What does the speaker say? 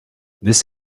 this